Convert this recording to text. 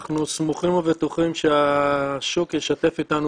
אנחנו סמוכים ובטוחים שהשוק ישתף איתנו